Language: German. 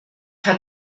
hat